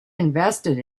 invested